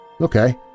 Okay